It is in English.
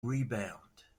rebound